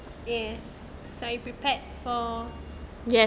ya so are you prepared for